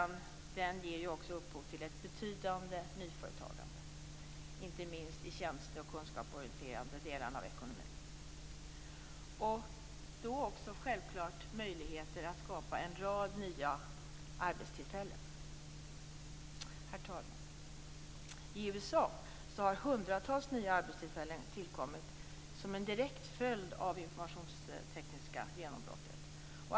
Den ger också upphov till ett betydande nyföretagande, inte minst i de tjänste och kunskapsorienterade delarna av ekonomin, och självfallet möjligheter att skapa en rad nya arbetstillfällen. Herr talman! I USA har hundratusentals nya arbetstillfällen tillkommit som en direkt följd av det informationstekniska genombrottet.